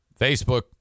Facebook